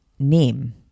Name